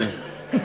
כן.